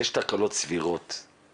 יש תקלות סבירות,